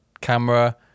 camera